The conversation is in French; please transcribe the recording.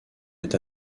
est